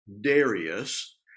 Darius